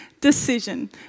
decision